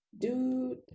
dude